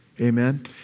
Amen